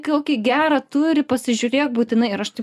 kokį gerą turi pasižiūrėk būtinai ir aš taip